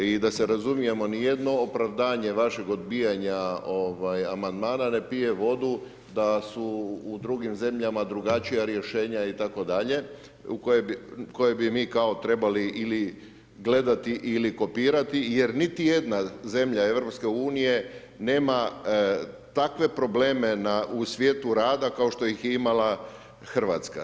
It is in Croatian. I da se razumijemo, nijedno opravdanje vašeg odbijanja Amandmana ne pije vodu da su u drugim zemljama drugačija rješenja itd. koje bi mi kao trebali ili gledati ili kopirati jer niti jedna zemlja EU nema takve probleme u svijetu rada kao što ih je imala RH.